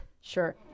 sure